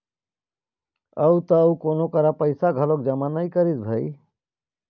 अउ त अउ कोनो करा पइसा घलोक जमा नइ करिस भई